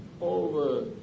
over